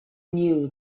knew